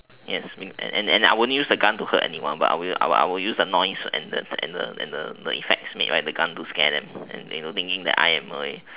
yes and and I won't use the gun to hurt anyone but I will I I will use the noise and the and the and the effects made by the gun to scare them and they would be thinking that I am a